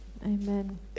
Amen